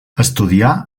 estudià